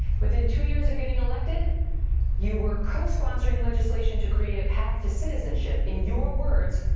within two years of getting elected you were co-sponsoring legislation to create a path to citizenship, in your words,